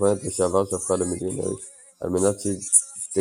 - סוכנת לשעבר שהפכה למיליונרית - על מנת שתגייס